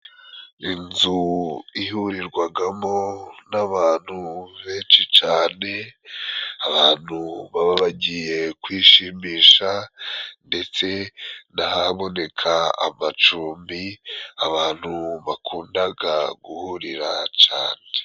Inzu ihurirwagamo n'abantu benshi cane abantu baba bagiye kwishimisha, ndetse n'ahaboneka amacumbi abantu bakundaga guhurira cane.